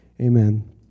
Amen